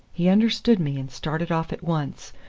he understood me and started off at once,